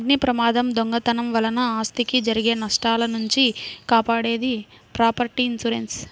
అగ్నిప్రమాదం, దొంగతనం వలన ఆస్తికి జరిగే నష్టాల నుంచి కాపాడేది ప్రాపర్టీ ఇన్సూరెన్స్